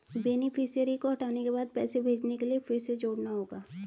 beneficiary को हटाने के बाद पैसे भेजने के लिए फिर से जोड़ना होगा